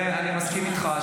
בזה אני מסכים איתך.